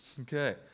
Okay